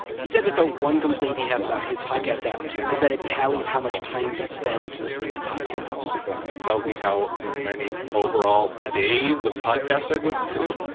he said that the one complaint he has about his podcast app is that it tallies how much time he spends listening to podcasts it tells me how many overall days of podcasts i've listened to,